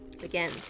Again